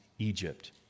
Egypt